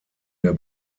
der